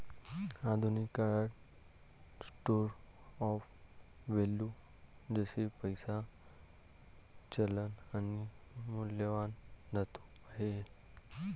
आधुनिक काळात store of value जसे पैसा, चलन आणि मौल्यवान धातू आहे